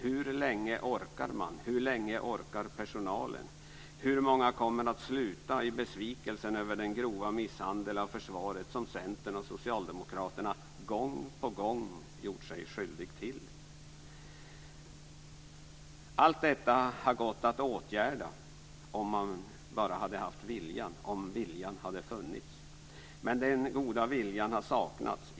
Hur länge orkar personalen? Hur många kommer att sluta i besvikelse över den grova misshandel av försvaret som Centern och Socialdemokraterna gång på gång gjort sig skyldiga till? Allt detta hade gått att åtgärda om bara viljan hade funnits, men den goda viljan har saknats.